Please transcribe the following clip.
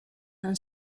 han